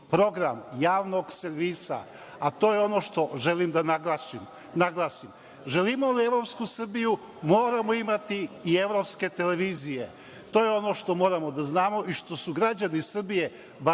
program javnog servisa, a to je ono što želim da naglasim. Ako želimo evropsku Srbiju, moramo imati i evropske televizije. To je ono što moramo da znamo i za šta su građani Srbije, bar